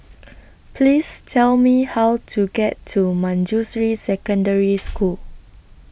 Please Tell Me How to get to Manjusri Secondary School